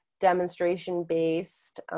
demonstration-based